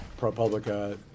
ProPublica